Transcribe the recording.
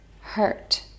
hurt